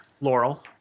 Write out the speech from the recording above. Laurel